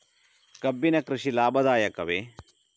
ಕಬ್ಬಿನ ಕೃಷಿ ಲಾಭದಾಯಕವೇ?